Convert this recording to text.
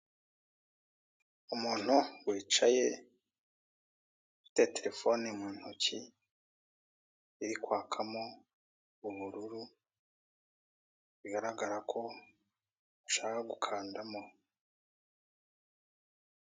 Umuntu wicaye ufite telefone mu ntoki iri kwakamo ubururu bigaragara ko ashaka gukandamo.